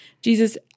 Jesus